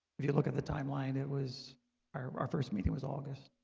if you look at the timeline it was our our first meeting was august